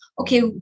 okay